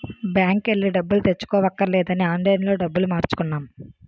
బాంకెల్లి డబ్బులు తెచ్చుకోవక్కర్లేదని ఆన్లైన్ లోనే డబ్బులు మార్చుకున్నాం